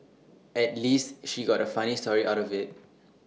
at least she got A funny story out of IT